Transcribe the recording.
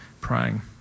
praying